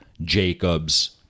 Jacob's